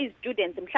students